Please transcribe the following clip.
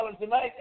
tonight